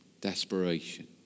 desperation